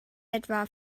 etwa